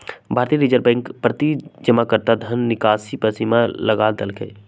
भारतीय reserve bank प्रति जमाकर्ता धन निकासी पर सीमा लगा देलकइ